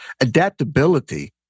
Adaptability